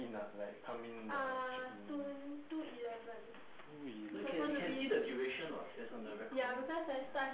in ah like come in like check in two eleven